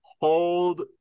hold